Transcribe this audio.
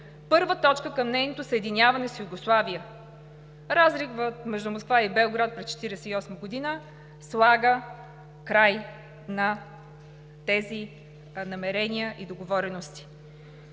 първа точка към нейното съединяване с Югославия. Разривът между Москва и Белград през 1948 г. слага край на тези намерения и договорености.